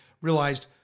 realized